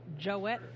Joette